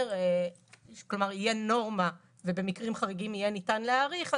כלומר תהיה נורמה ובמקרים חריגים יהיה ניתן להאריך.